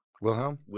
Wilhelm